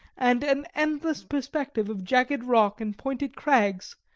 and an endless perspective of jagged rock and pointed crags,